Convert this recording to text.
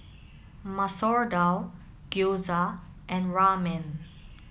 Masoor Dal Gyoza and Ramen